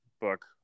book